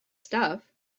stuff